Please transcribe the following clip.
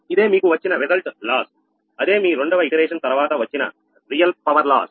ఇదే మీకు వచ్చిన రిజల్ట్ లాస్ అదే మీ రెండవ ఇ టిరేషన్ తరువాత వచ్చిన రియల్ పవర్ లాస్